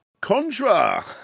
Contra